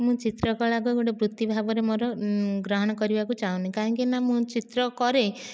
ମୁଁ ଚିତ୍ରକଳା କୁ ଗୋଟିଏ ବୃତ୍ତି ଭାବରେ ମୋର ଗ୍ରହଣ କରିବାକୁ ଚାହୁଁନି କାହିଁକିନା ମୁଁ ଚିତ୍ର କରେ